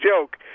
joke